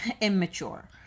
immature